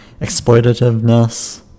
exploitativeness